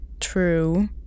True